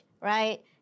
right